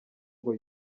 ngo